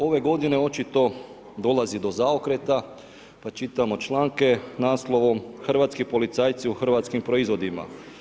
Ove godine očito dolazi do zaokreta, pa čitamo članke naslovom hrvatski policajci u hrvatskim proizvodima.